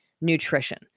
nutrition